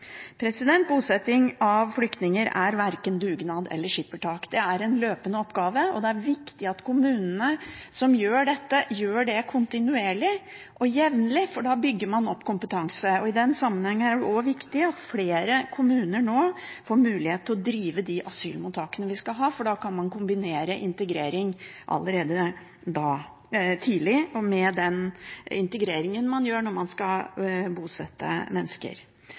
Bosetting av flyktninger er verken dugnad eller skippertak, det er en løpende oppgave. Det er viktig at kommunene som gjør dette, gjør det kontinuerlig og jevnlig, for da bygger man opp kompetanse. I den sammenheng er det også viktig at flere kommuner nå får mulighet til å drive de asylmottakene vi skal ha, for da kan man kombinere det allerede tidlig med den integreringen man gjør når man skal bosette mennesker.